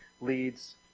leads